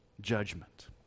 judgment